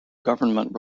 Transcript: government